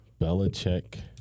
Belichick